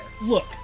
Look